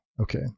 Okay